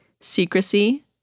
Secrecy